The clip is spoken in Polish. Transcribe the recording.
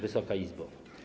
Wysoka Izbo!